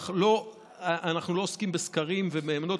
אך אנחנו לא עוסקים בסקרים ומהימנות,